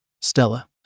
Stella